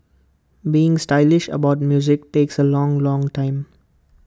being stylish about music takes A long long time